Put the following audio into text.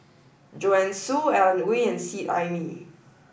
Joanne Soo Alan Oei and Seet Ai Mee